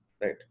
Right